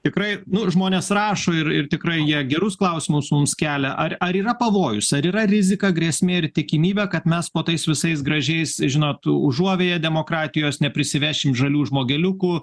tikrai nu žmonės rašo ir ir tikrai jie gerus klausimus mums kelia ar ar yra pavojus ar yra rizika grėsmė ir tikimybė kad mes po tais visais gražiais žinot užuovėja demokratijos neprisivešim žalių žmogeliukų